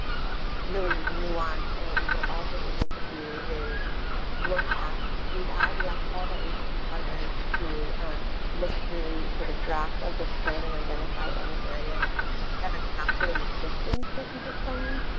really is nuanced. and what we were also able to do is look at we asked yeah all of our agency partners to look through sort of drafts of this plan and identify any areas that are captured in existing strategic plans.